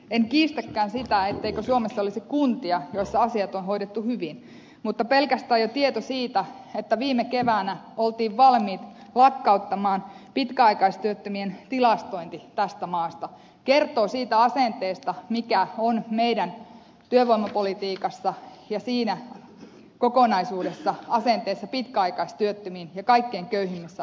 en kiistäkään sitä etteikö suomessa olisi kuntia joissa asiat on hoidettu hyvin mutta pelkästään jo tieto siitä että viime keväänä oltiin valmiit lakkauttamaan pitkäaikaistyöttömien tilastointi tästä maasta kertoo siitä asenteesta mikä on meidän työvoimapolitiikassamme ja siinä kokonaisuudessa pitkäaikaistyöttömiin ja kaikkein köyhimmässä asemassa oleviin